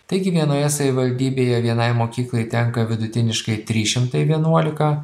taigi vienoje savivaldybėje vienai mokyklai tenka vidutiniškai trys šimtai vienuolika